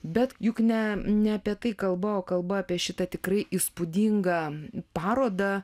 bet juk ne ne apie tai kalba kalba apie šitą tikrai įspūdingą parodą